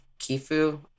kifu